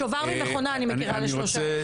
שובר ממכונה אני מכירה לשלושה ימים.